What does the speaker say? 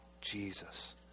Jesus